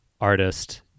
artist